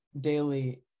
Daily